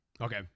Okay